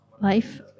life